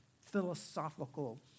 philosophical